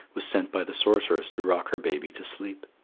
was sent by the sorceress to rock her baby to sleep.